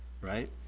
Right